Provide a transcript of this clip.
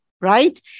right